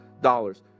dollars